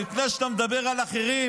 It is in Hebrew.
לפני שאתה מדבר על אחרים,